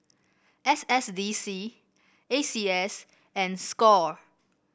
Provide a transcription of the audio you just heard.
S S D C A C S and Score